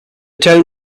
town